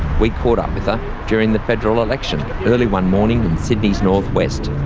we caught up with her during the federal election, early one morning in sydney's northwest.